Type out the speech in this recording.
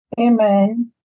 Amen